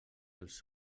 els